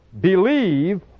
believe